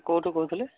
କେଉଁଠୁ କହୁଥିଲେ